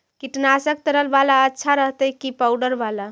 कीटनाशक तरल बाला अच्छा रहतै कि पाउडर बाला?